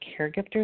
caregivers